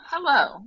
Hello